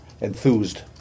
enthused